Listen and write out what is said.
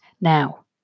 Now